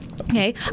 Okay